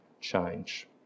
change